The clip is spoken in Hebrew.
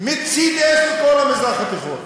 מצית אש בכל המזרח התיכון,